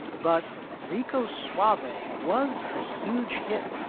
but rico suave a was a huge hit,